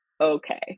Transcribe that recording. okay